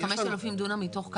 5,000 דונם מתוך כמה?